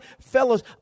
fellows